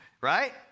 Right